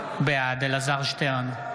בעד אלעזר שטרן,